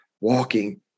walking